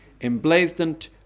emblazoned